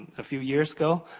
a few years ago,